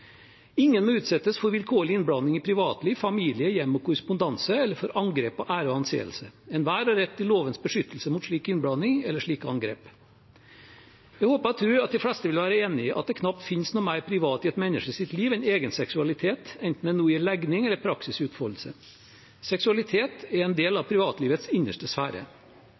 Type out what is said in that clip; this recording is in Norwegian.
korrespondanse, eller for angrep på ære og anseelse. Enhver har rett til lovens beskyttelse mot slik innblanding eller slike angrep.» Jeg håper og tror at de fleste vil være enig i at det knapt finnes noe mer privat i et menneskes liv enn egen seksualitet, enten det gjelder legning eller praksisutfoldelse. Seksualitet er en del av privatlivets innerste sfære.